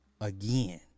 again